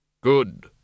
Good